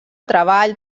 treball